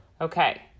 okay